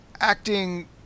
acting